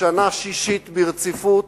שנה שישית ברציפות,